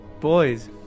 Boys